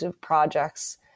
projects